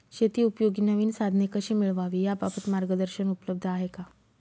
शेतीउपयोगी नवीन साधने कशी मिळवावी याबाबत मार्गदर्शन उपलब्ध आहे का?